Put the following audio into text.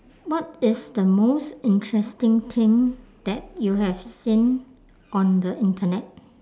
what is the most interesting thing that you have seen on the internet